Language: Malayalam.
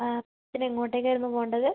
പിന്നെ എങ്ങോട്ടേക്കായിരുന്നു പോവേണ്ടത്